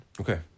Okay